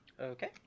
Okay